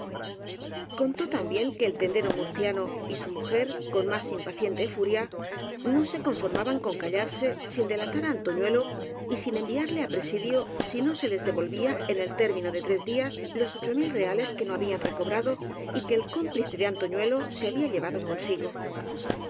contó también que el tendero murciano y su mujer con más impaciente furia no se conforma ban con callarse sin delatar á antoñuelo y sin en viarle á presidio si no se les devolvían en el tér mino de tres días los ocho mil reales que no habían recobrado y que el cómplice de antoñuelo se había llevado consigo